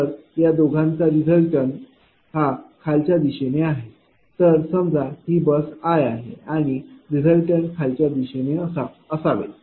तर या दोघांचा रीज़ल्टन्ट हा खालच्या दिशेने आहे तर समजा ही बस i आहे आणि रीज़ल्टन्ट खालच्या दिशेने असावे